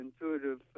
intuitive